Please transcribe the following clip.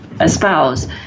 espouse